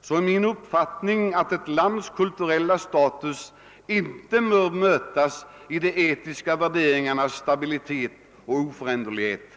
så är min uppfattning att ett lands kulturella status inte bör mätas i de etiska värderingarnas stabilitet och oföränderlighet.